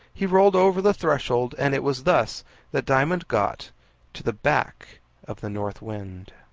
he rolled over the threshold, and it was thus that diamond got to the back of the north wind.